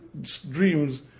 dreams